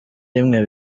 rimwe